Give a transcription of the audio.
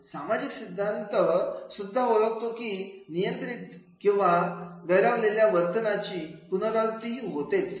सामाजिक शिक्षण सिद्धांत सुद्धा ओळखतो की नियंत्रित किंवा गौरवलेल्या वर्तनाची पुनरावृत्ती ही होतेच